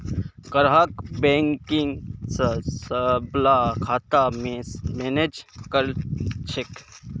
ग्राहक नेटबैंकिंग स सबला खाता मैनेज कर छेक